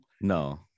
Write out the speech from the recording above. No